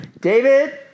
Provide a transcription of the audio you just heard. David